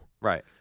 Right